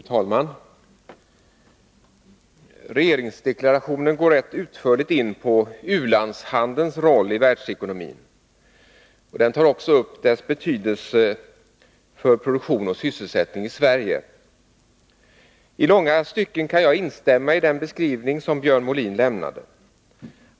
Fru talman! Regeringsdeklarationen går rätt utförligt in på u-landshandelns roll i världsekonomin, och den tar också upp u-landshandelns betydelse för produktion och sysselsättning i Sverige. I långa stycken kan jag instämma i den beskrivning som Björn Molin lämnade.